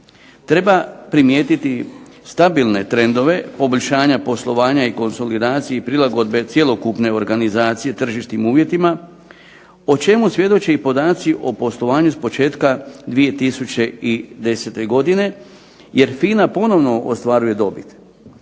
Treba primjetiti stabilne trendove poboljšanja poslovanja i konsolidaciji prilagodbe cjelokupne organizacije tržišnim uvjetima o čemu svjedoče i podaci o poslovanju s početka 2010. godine jer FINA ponovno ostvaruje dobit.